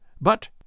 But